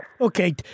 Okay